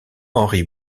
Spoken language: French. henri